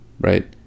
right